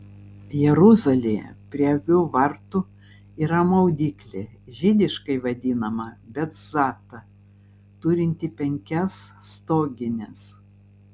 jeruzalėje prie avių vartų yra maudyklė žydiškai vadinama betzata turinti penkias stogines